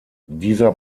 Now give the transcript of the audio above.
dieser